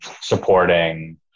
supporting